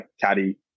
caddy